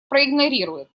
проигнорирует